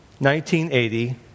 1980